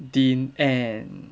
dee end